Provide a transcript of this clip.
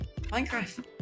Minecraft